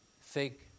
fake